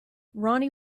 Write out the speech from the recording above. ronnie